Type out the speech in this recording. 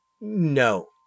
No